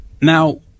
Now